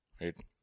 Right